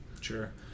Sure